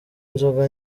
inzoga